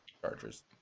Chargers